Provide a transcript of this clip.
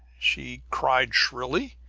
she cried shrilly.